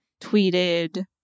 tweeted